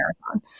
marathon